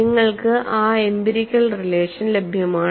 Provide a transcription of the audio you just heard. നിങ്ങൾക്ക് ആ empirical relation ലഭ്യമാണ്